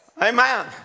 Amen